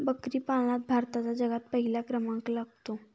बकरी पालनात भारताचा जगात पहिला क्रमांक लागतो